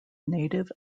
native